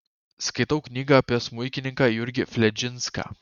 skaitau knygą apie smuikininką jurgį fledžinską